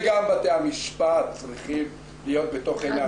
גם בתי המשפט צריכים להיות בתוך העניין.